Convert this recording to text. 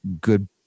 good